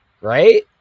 Right